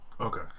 Okay